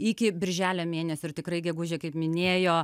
iki birželio mėnesio ir tikrai gegužę kaip minėjo